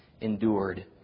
endured